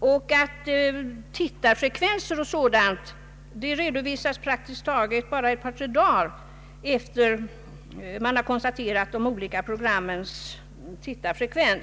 om tittarfrekvenser o. d. praktiskt taget redovisas några få dagar efter det man fått fram dem.